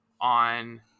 on